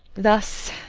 thus,